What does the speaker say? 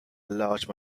large